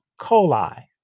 coli